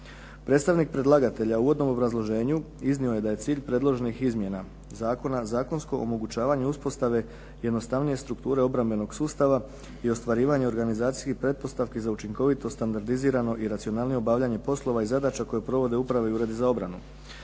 Predstavnik predlagatelja u uvodnom obrazloženju iznio je da je cilj predloženih izmjena zakona zakonsko omogućavanje uspostave jednostavnije strukture obrambenog sustava i ostvarivanje organizacijskih pretpostavki za učinkovito, standardizirano i racionalnije obavljanje poslova i zadaća koje provode uprave i uredi za obranu.